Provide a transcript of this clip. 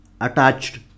attached